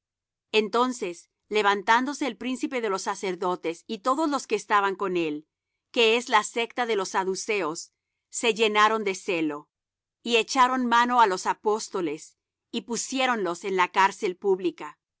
entonces levantándose el príncipe de los sacerdotes y todos los que estaban con él que es la secta de los saduceos se llenaron de celo y echaron mano á los apóstoles y pusiéronlos en la cárcel pública